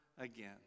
again